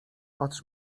patrz